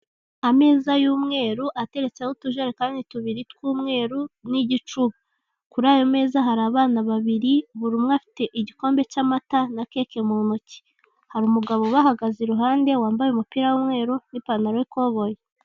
Ameza y'umweru ateretseho utujerekani tubiri tw'umweru n'igicuba kuri ayo ameza hari abana babiri buri umwe afite igikombe cy'amata na keke mu ntoki, hari umugabo ubahagaze iruhande wambaye umupira w'umweru n'ipantalo y'ikoboyi.